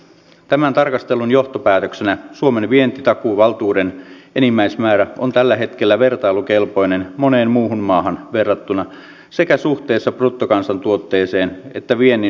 tämän tarkastelun johtopäätöksenä suomen vientitakuuvaltuuden enimmäismäärä on tällä hetkellä vertailukelpoinen moneen muuhun maahan verrattuna sekä suhteessa bruttokansantuotteeseen että viennin määrään